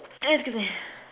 excuse me